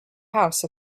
house